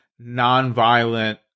nonviolent